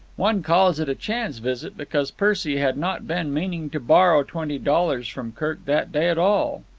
one calls it a chance visit because percy had not been meaning to borrow twenty dollars from kirk that day at all.